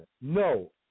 No